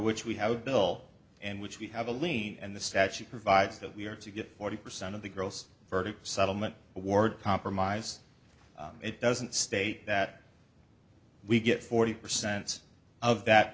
which we have a bill and which we have a lien and the statute provides that we are to get forty percent of the gross verdict of settlement award compromise it doesn't state that we get forty percent of that